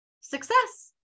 success